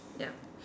yup